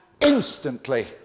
instantly